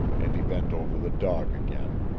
and he bent over the dog again,